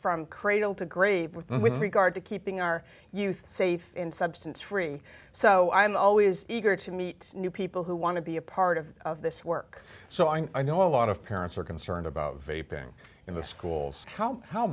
from cradle to grave with regard to keeping our youth safe in substance free so i am always eager to meet new people who want to be a part of this work so i know a lot of parents are concerned about the ping in the schools how how